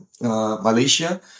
Malaysia